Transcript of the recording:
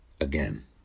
again